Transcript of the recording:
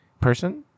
person